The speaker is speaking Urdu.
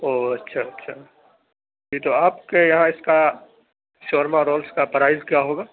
او اچھا اچھا جی تو آپ کے یہاں اِس کا شورما رولس کا پرائز کیا ہوگا